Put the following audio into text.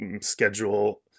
schedule